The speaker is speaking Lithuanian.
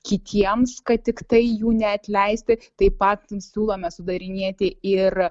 kitiems kad tiktai jų neatleisti taip pat siūlome sudarinėti ir